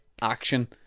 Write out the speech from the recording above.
action